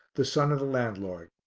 the son of the landlord.